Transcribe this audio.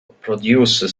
produced